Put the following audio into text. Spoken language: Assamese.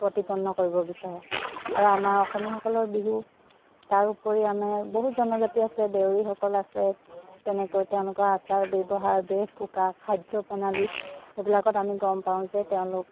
প্ৰতিপন্ন কৰিব বিচাৰে আৰু আমাৰ অসমীয়াসকলৰ বিহু তাৰ উপৰি আমাৰ বহুত জনজাতি আছে দেউৰীসকল আছে তেনেকৈ তেওঁলোকৰ আচাৰ ব্যৱহাৰ বেশ ভূষা খাদ্য প্ৰণালী এইবিলাকত আমি গম পাওঁ যে তেওঁলোক